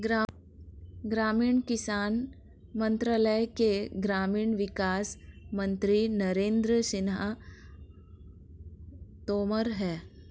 ग्रामीण विकास मंत्रालय के ग्रामीण विकास मंत्री नरेंद्र सिंह तोमर है